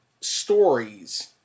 stories